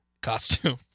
Costume